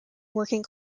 working